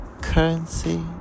currency